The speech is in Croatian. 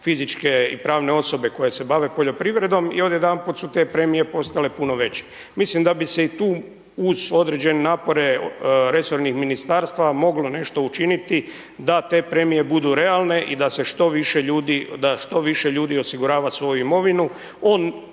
fizičke i pravne osobe koje se bave poljoprivredom i odjedanput su te premije postale puno veće. Mislim da bi se i tu uz određene napore resornih ministarstva moglo nešto učiniti da te premije budu realne i da se što više ljudi, da što više